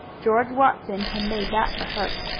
george watson had made that for her.